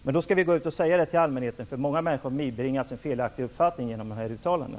Men då skall ni gå ut och säga det till allmänheten, eftersom många människor bibringas en felaktig uppfattning genom dessa uttalanden.